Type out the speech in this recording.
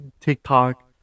TikTok